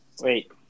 Wait